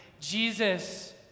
Jesus